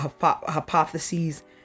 hypotheses